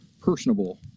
personable